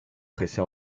pressé